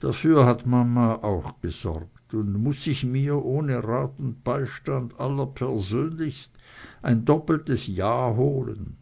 dafür hat mama auch gesorgt und so muß ich mir ohne rat und beistand allerpersönlichst ein doppeltes ja holen